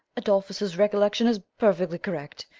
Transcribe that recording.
adolphus's recollection is perfectly correct.